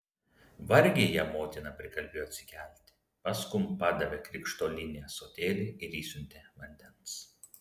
vargiai ją motina prikalbėjo atsikelti paskum padavė krištolinį ąsotėlį ir išsiuntė vandens